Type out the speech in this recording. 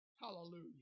Hallelujah